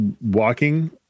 walking